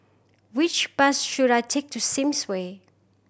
which bus should I take to Sims Way